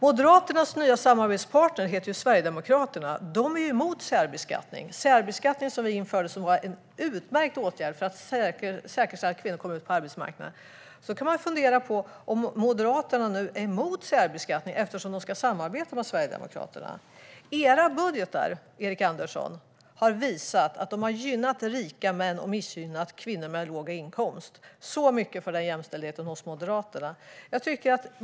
Moderaternas nya samarbetspartner heter ju Sverigedemokraterna. De är emot särbeskattning. Vi införde särbeskattning som en utmärkt åtgärd för att säkerställa att kvinnor kom ut på arbetsmarknaden. Man kan undra om Moderaterna nu är emot särbeskattning, eftersom de ska samarbeta med Sverigedemokraterna. Era budgetar, Erik Andersson, har gynnat rika män och missgynnat kvinnor med låg inkomst - så mycket för jämställdheten hos Moderaterna!